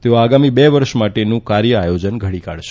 તેઓ આગામી બે વર્ષ માટેનું કાર્ય આયોજન ઘડી કાઢશે